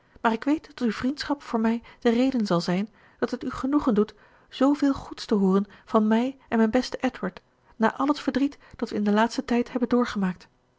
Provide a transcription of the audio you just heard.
maar ik weet dat uw vriendschap voor mij de reden zal zijn dat het u genoegen doet zooveel goeds te hooren van mij en mijn beste edward na al t verdriet dat we in den laatsten tijd hebben doorgemaakt